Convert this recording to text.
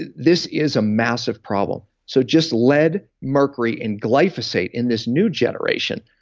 ah this is a massive problem. so just lead, mercury, and glyphosate, in this new generation,